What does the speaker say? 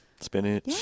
spinach